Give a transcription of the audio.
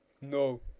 No